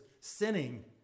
sinning